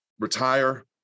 retire